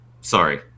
Sorry